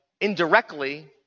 indirectly